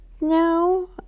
no